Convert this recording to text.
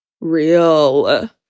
Real